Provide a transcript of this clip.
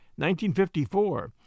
1954